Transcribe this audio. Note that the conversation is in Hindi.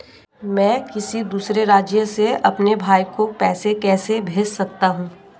मैं किसी दूसरे राज्य से अपने भाई को पैसे कैसे भेज सकता हूं?